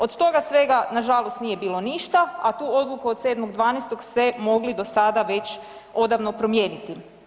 Od toga svega nažalost, nije bilo ništa a tu odluku od 7.12. ste mogli do sada već odavno promijeniti.